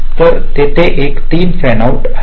तर तेथे एक 3 फॅन आउट आहे